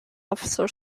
officer